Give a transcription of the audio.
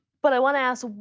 but i wanna ask,